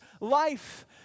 life